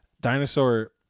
Dinosaur